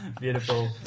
beautiful